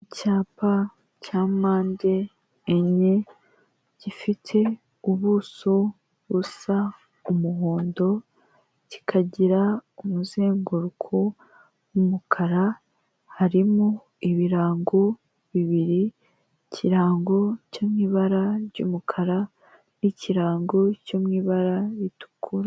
Icyapa cya mpande enye, gifite ubuso busa umuhondo, kikagira umuzenguruko w'umukara harimo ibirango bibiri; ikirango cyo mu ibara ry'umukara n'ikirango cyo mubara ritukura.